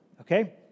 okay